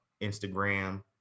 Instagram